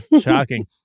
Shocking